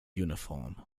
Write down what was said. uniform